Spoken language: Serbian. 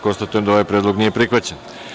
Konstatujem da ovaj predlog nije prihvaćen.